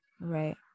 Right